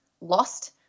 lost